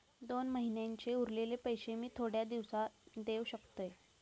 दोन महिन्यांचे उरलेले पैशे मी थोड्या दिवसा देव शकतय?